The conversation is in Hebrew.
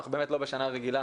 אנחנו באמת לא בשנה רגילה,